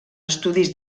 estudis